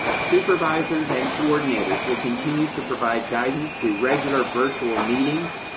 supervisors and coordinators will continue to provide guidance through regular, virtual meetings,